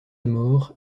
mort